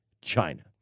China